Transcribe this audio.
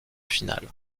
finale